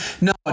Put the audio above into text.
No